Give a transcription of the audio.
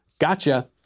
Gotcha